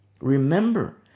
remember